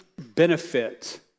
benefit